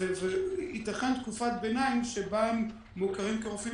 תיתכן תקופת ביניים שבה הם מוכרים כרופאים